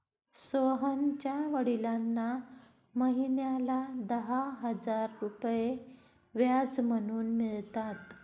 सोहनच्या वडिलांना महिन्याला दहा हजार रुपये व्याज म्हणून मिळतात